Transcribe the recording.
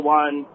one